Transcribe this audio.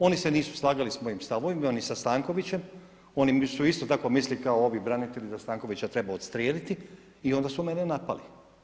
Oni se nisu slagali s mojim stavovima ni sa Stankovićem, oni su isto tako mislili kao ovi branitelji da Stankovića treba odstrijeliti i onda su mene napali.